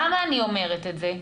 למה אני אומרת את זה?